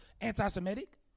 anti-Semitic